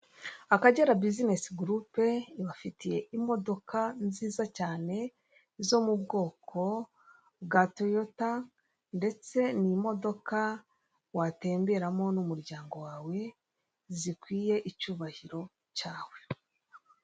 Akagera bizinesi gurupe ibafitiye imodoka nziza cyane zo mu bwoko bwa toyota ndetse ni imodoka watemberamo n'umuryango wawe zikwiye icyubahiro cyawe.